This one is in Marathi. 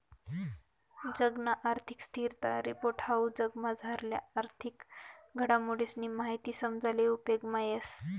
जगना आर्थिक स्थिरता रिपोर्ट हाऊ जगमझारल्या आर्थिक घडामोडीसनी माहिती समजाले उपेगमा येस